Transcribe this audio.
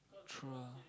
true ah